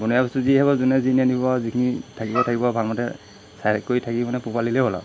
বনৰীয়া বস্তু যি হ'ব যোনে যি নিয়ে নিব আৰু যিখিনি থাকিব থাকিব আৰু ভাল মতে চাই কৰি থাকি মানে পোহপাল দিলেই হ'ল আৰু